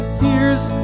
years